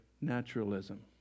naturalism